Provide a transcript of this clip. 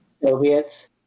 Soviets